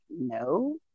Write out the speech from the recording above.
no